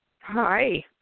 Hi